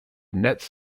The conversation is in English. nets